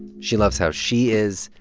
she loves how she is.